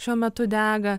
šiuo metu dega